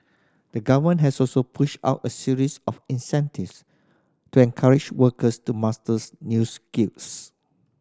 the govern has also pushed out a series of initiatives to encourage workers to masters new skills